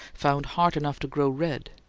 found heart enough to grow red,